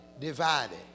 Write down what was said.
divided